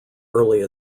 early